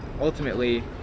ultimately